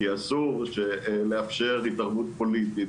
כי אסור לאפשר התערבות פוליטית,